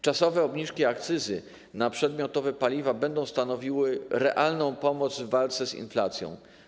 Czasowe obniżki akcyzy na przedmiotowe paliwa będą stanowiły realną pomoc w walce z inflacją.